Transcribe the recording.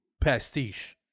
pastiche